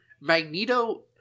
Magneto